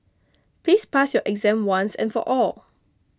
please pass your exam once and for all